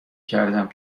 کردم